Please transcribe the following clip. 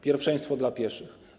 Pierwszeństwo dla pieszych.